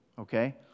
okay